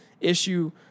issue